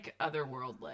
otherworldly